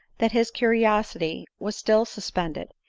that his curiosity was still suspended,